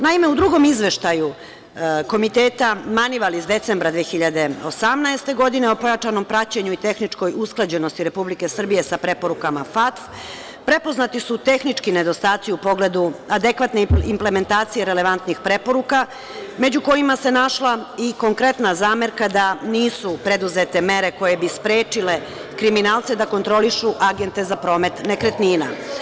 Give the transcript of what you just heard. Naime, u drugom izveštaju Komiteta Manival iz decembra 2018. godine, o pojačanom praćenju i tehničkoj usklađenosti Republike Srbije sa preporukama FATF, prepoznati su tehnički nedostaci u pogledu adekvatne implementacije relevantnih preporuka, među kojima se našla i konkretna zamerka da nisu preduzete mere koje bi sprečile kriminalce da kontrolišu agente za promet nekretnina.